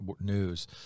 news